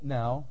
now